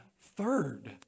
third